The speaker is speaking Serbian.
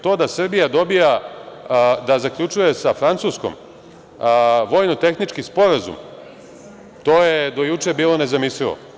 To da Srbija dobija, da zaključuje sa Francuskom vojno-tehnički sporazum, to je do juče bilo nezamislivo.